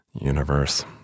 universe